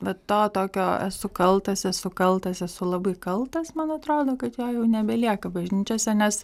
vat to tokio esu kaltas esu kaltas esu labai kaltas man atrodo kad jo jau nebelieka bažnyčiose nes